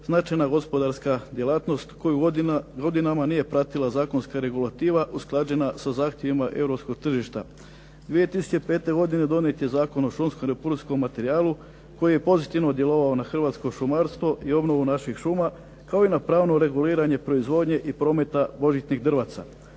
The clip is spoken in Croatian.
značajna gospodarska djelatnost koju godinama nije pratila zakonska regulativa usklađena sa zahtjevima europskog tržišta. 2005. donijet je Zakon o šumskom reprodukcijskom materijalu koji je pozitivno djelovao na hrvatsko šumarstvo i obnovu naših šuma kao i na pravno reguliranje proizvodnje i prometa božićnih drvaca.